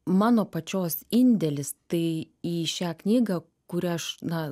mano pačios indėlis tai į šią knygą kuria aš na